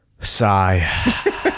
Sigh